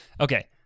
Okay